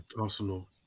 Arsenal